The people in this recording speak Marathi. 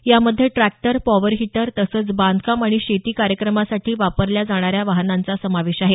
यामध्ये ट्रॅक्टर पॉवर हिटर तसंच बांधकाम आणि शेती कार्यकामासाठी वापरल्या जाणाऱ्या वाहनांचा समावेश आहे